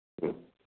ம்